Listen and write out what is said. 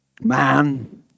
Man